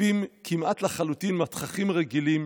חפים כמעט לחלוטין מהתככים הרגילים